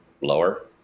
lower